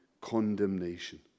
condemnation